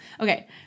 Okay